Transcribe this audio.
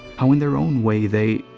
how in their own way, they.